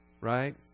right